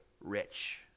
rich